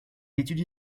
étudie